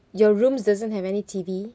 your rooms doesn't have any T_V